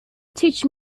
teach